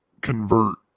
convert